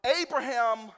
Abraham